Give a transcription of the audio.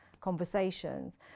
conversations